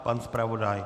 Pan zpravodaj?